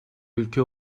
ülke